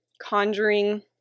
conjuring